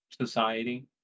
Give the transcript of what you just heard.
society